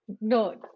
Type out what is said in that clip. no